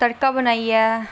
तड़का बनाइये